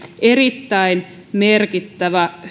erittäin merkittävä